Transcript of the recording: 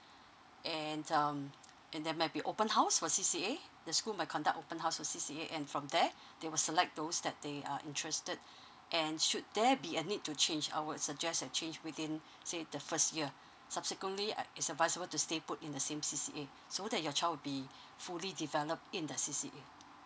and um and there might be open house for C_C_A the school might conduct open house for C_C_A and from there they will select those that they are interested and should there be a need to change I would suggest a change within say the first year subsequently uh it's advisable to stay put in the same C_C_A so that your child will be fully developed in the C_C_A